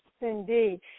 Indeed